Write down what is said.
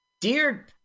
Dear